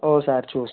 ఓకసారి చూసి